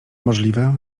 możliwe